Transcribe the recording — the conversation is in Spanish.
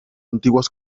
antiguas